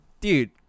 dude